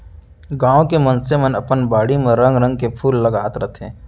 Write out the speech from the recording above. गॉंव के मनसे मन अपन बाड़ी म रंग रंग के फूल लगाय रथें